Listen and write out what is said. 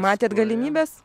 matėt galimybes